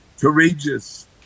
courageous